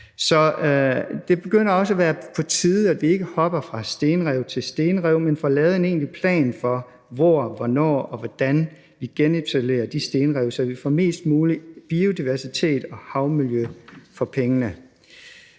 Så det begynder også at være på tide, at vi ikke hopper fra stenrev til stenrev, men får lavet en egentlig plan for, hvor, hvornår og hvordan vi genetablerer de stenrev, så vi får mest mulig biodiversitet og havmiljø for pengene.